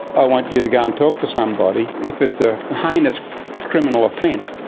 i want you to go and talk to somebody. if it's a heinous criminal offence,